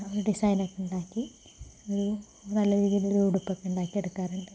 ഒരു ഡിസൈനൊക്കെ ഉണ്ടാക്കി ഒരു നല്ല രീതിയിൽ ഒരു ഉടുപ്പൊക്കെ ഉണ്ടാക്കി എടുക്കാറുണ്ട്